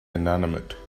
inanimate